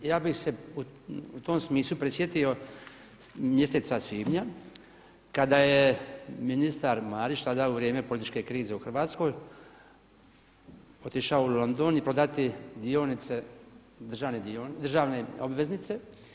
Ja bih se u tom smislu prisjetio mjeseca svibnja kada je ministar Marić tada u vrijeme političke krize u Hrvatskoj otišao u London i prodati dionice, državne obveznice.